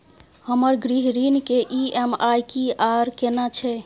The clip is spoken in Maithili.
हमर गृह ऋण के ई.एम.आई की आर केना छै?